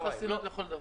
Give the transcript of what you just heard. יש לך חסינות לכל דבר.